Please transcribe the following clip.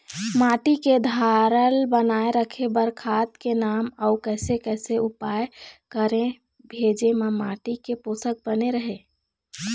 माटी के धारल बनाए रखे बार खाद के नाम अउ कैसे कैसे उपाय करें भेजे मा माटी के पोषक बने रहे?